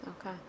Okay